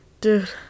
Dude